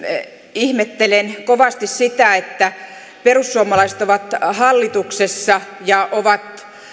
ihmettelen kovasti sitä että perussuomalaiset ovat hallituksessa ja ovat